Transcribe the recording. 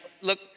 look